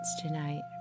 tonight